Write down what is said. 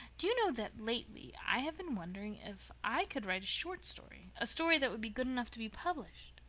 do you know that lately i have been wondering if i could write a short story a story that would be good enough to be published?